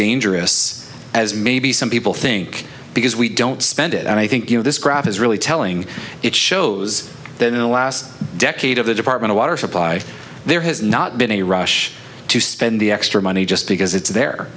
dangerous as maybe some people think because we don't spend it and i think you know this graph is really telling it shows that in the last decade of the department of water supply there has not been a rush to spend the extra money just because it's the